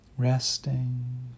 Resting